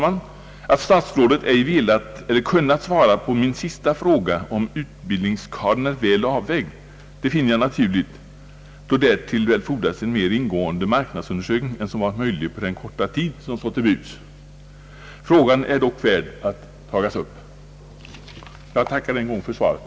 Att statsrådet ej velat eller kunnat svara på min sista fråga, om utbildningskadern är väl avvägd, finner jag naturligt då därtill väl fordras en mer ingående marknadsundersökning än som varit möjlig på den korta tid som stått till buds. Frågan är dock värd att följas upp. Jag tackar än en gång för svaret.